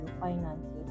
finances